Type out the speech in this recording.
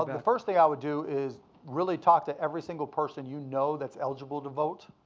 the first thing i would do is really talk to every single person you know that's eligible to vote,